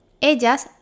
ellas